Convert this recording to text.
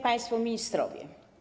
Państwo Ministrowie!